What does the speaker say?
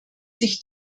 sich